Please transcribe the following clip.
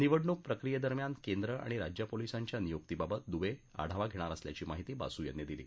निवडणूक प्रक्रियेदरम्यान केंद्र आणि राज्य पोलिसांच्या नियुक्तीबाबत दुवे आढावा घेणार असल्याची माहिती बासू यांनी दिली